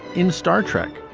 in star trek.